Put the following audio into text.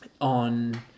on